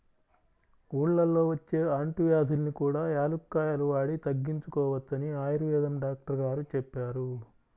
ఊళ్ళల్లో వచ్చే అంటువ్యాధుల్ని కూడా యాలుక్కాయాలు వాడి తగ్గించుకోవచ్చని ఆయుర్వేదం డాక్టరు గారు చెప్పారు